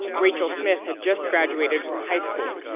rachel smith had just graduated from high school.